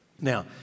Now